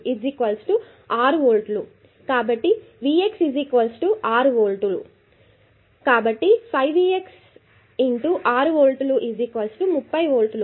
కాబట్టి V x ఆరు volt కాబట్టి 5 V x ఆరు వోల్ట్ 30 వోల్టులు